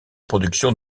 production